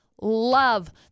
love